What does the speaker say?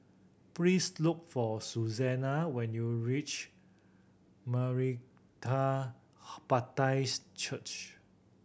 please look for Susana when you reach Maranatha Baptist Church